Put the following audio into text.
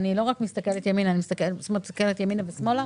ואני מסתכלת ימינה ושמאלה.